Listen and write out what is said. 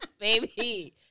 Baby